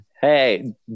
hey